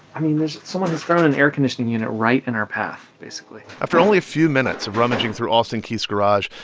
i mean, there's someone has thrown an air conditioning unit right in our path, basically after only a few minutes of rummaging through alston keith's garage,